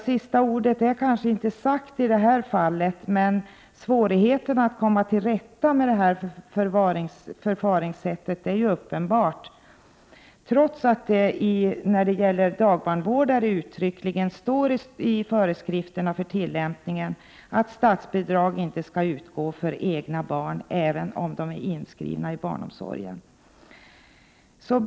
Sista ordet är kanske inte sagt i detta fall, men svårigheten att komma till rätta med detta förfaringssätt är uppenbar, trots att det när det gäller dagbarnvårdare uttryckligen står i föreskrifterna för tillämpningen att statsbidrag inte skall utgå för egna barn även om de är inskrivna i barnomsorgen.